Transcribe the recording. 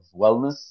wellness